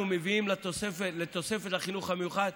אנחנו מביאים תוספת לחינוך המיוחד,